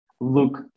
look